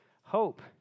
hope